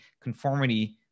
Conformity